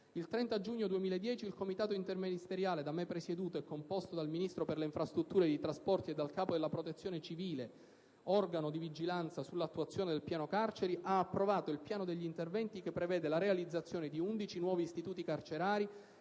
Il 30 giugno 2010 il comitato interministeriale da me presieduto e composto dal Ministro delle infrastrutture e dei trasporti e dal capo della Protezione civile, organo di vigilanza sull'attuazione del piano carceri, ha approvato il piano degli interventi che prevede la realizzazione di undici nuovi istituti carcerari